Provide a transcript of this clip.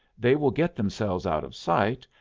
they will get themselves out of sight,